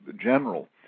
general